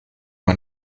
man